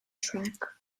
track